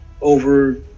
over